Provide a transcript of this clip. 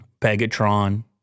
Pegatron